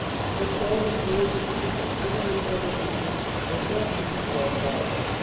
strict orders were issued that the city and villages were not to be bombarded,